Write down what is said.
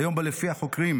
היום שבו לפי החוקרים